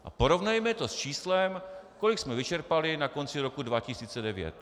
A porovnejme to s číslem, kolik jsme vyčerpali na konci roku 2009.